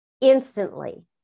instantly